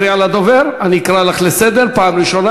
אני אקרא אותך לסדר פעם ראשונה,